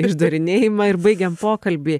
išdarinėjimą ir baigiam pokalbį